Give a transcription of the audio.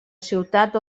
ciutat